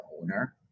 owner